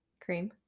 Cream